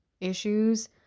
issues